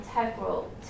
integral